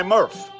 Murph